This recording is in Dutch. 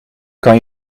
kan